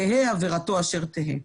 תהא עבירתו אשר תהא.